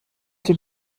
dem